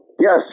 yes